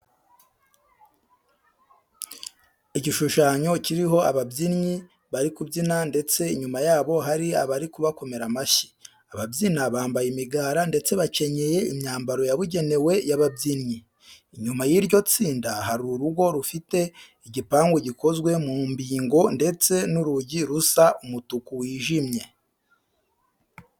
Igishushanyo kiriho ababyinnyi bari kubyina ndetse inyuma y'abo hari abari kubakomera amashyi. Ababyina bambaye imigara ndetse bakenyeye imyambaro yabugenewe y'ababyinnyi. Inyuma y'iryo tsinda hari urugo rufite igipangu gikozwe mu mbingo ndetse n'urugi rusa umutuku wijimye.